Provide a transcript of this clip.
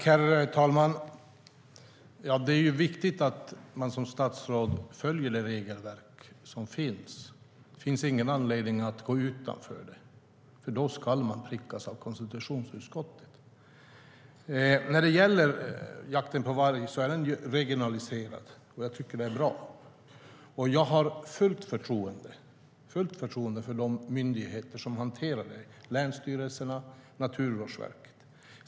Herr talman! Det är viktigt att man som statsråd följer det regelverk som finns. Det finns ingen anledning att gå utanför det. Då ska man prickas av konstitutionsutskottet. Jakten på varg är regionaliserad, och jag tycker att det är bra. Jag har fullt förtroende för de myndigheter som hanterar detta - länsstyrelserna och Naturvårdsverket.